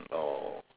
oh